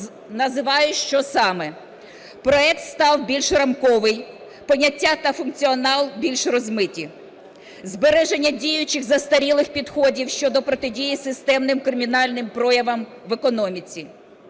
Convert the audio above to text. Називаю, що саме. Проект став більш рамковий, поняття та функціонал більш розмиті, збереження діючих застарілих підходів щодо протидії системним кримінальним проявам в економіці.